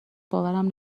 باورم